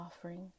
offering